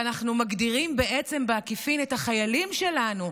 שאנחנו מגדירים בעצם בעקיפין את החיילים שלנו,